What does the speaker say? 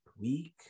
week